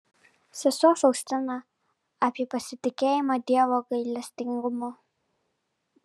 sesuo faustina apie pasitikėjimą dievo gailestingumu